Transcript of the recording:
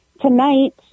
tonight